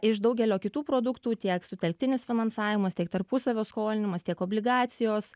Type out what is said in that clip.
iš daugelio kitų produktų tiek sutelktinis finansavimas tiek tarpusavio skolinimas tiek obligacijos